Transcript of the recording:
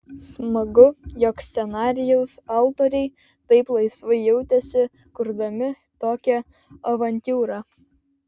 smagu jog scenarijaus autoriai taip laisvai jautėsi kurdami tokią avantiūrą